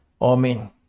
Amen